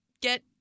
get